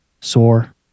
sore